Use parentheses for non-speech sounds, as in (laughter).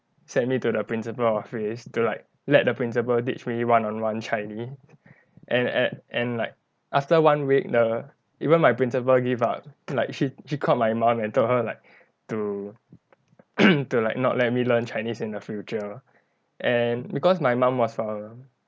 sent me to the principal office to like let the principal teach me one-on-one chinese and at and like after one week the even my principal give up like she she called my mom and told her like to (coughs) like to like not let me learn chinese in the future and because my mom was from